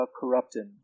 corrupted